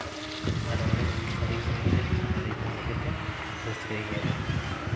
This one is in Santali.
ᱟᱨ ᱚᱸᱰᱮ ᱥᱟᱺᱜᱤᱧ ᱥᱟᱺᱜᱤᱧ ᱨᱮᱱ ᱥᱟᱸᱜᱷᱟᱨᱤᱭᱟᱹ ᱠᱚ ᱦᱮᱡ ᱠᱟᱛᱮ ᱨᱟᱹᱥᱠᱟᱹᱭ ᱜᱮᱭᱟ ᱠᱚ